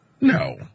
no